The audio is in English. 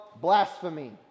blasphemy